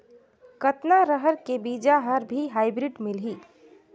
कतना रहर के बीजा हर भी हाईब्रिड मिलही?